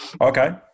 Okay